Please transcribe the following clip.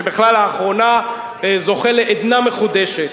שבכלל לאחרונה זוכה לעדנה מחודשת.